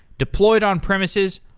deployed on premises,